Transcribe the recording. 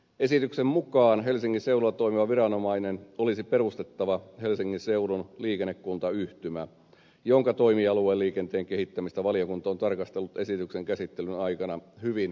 esityksen mukaan helsingin seudulla toimiva viranomainen olisi perustettava helsingin seudun liikennekuntayhtymä jonka toimialueen liikenteen kehittämistä valiokunta on tarkastellut esityksen käsittelyn aikana hyvin perusteellisesti